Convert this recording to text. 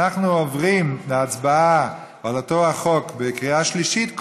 אנחנו עוברים להצבעה על אותו החוק בקריאה שלישית,